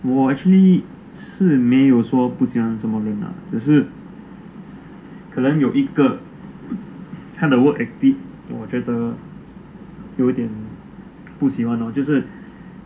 我 actually 是没有说不喜欢什么人啦只是可能有一个他的 work ethics 我觉得有点不喜欢 lor